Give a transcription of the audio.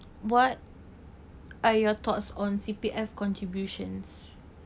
what are your thoughts on C_P_F contributions